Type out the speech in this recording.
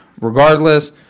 Regardless